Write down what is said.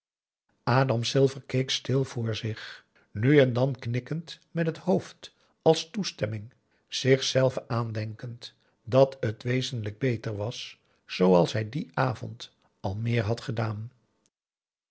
adam silver keek stil vr zich nu en dan knikkend met het hoofd als toestemming zichzelven aandenkend dat het wezenlijk beter was zooals hij dien avond al meer had gedaan